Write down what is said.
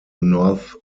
north